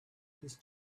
his